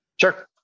Sure